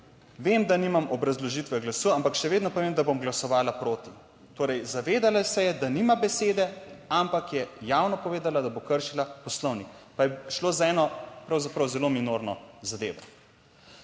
"Vem, da nimam obrazložitve glasu, ampak še vedno pa vem, da bom glasovala proti." Torej zavedala se je, da nima besede, ampak je javno povedala, da bo kršila poslovnik pa je šlo za eno pravzaprav zelo minorno zadevo.